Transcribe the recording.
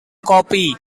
kopi